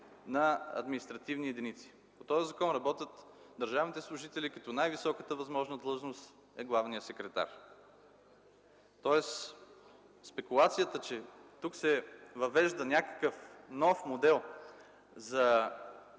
на административни единици. По този закон работят държавните служители, като най-високата възможна длъжност е главният секретар. Спекулацията, че тук се въвежда нов модел за